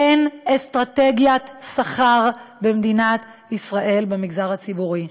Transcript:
אין אסטרטגיית שכר במדינת ישראל במגזר הציבורי.